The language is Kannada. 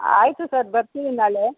ಆಯ್ತು ಸರ್ ಬರ್ತೀವಿ ನಾಳೆ